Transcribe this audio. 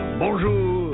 bonjour